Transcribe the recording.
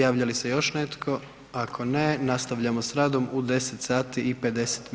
Javlja li se još netko, ako ne nastavljamo s radom u 10 sati i 50